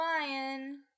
Lion